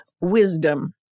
Wisdom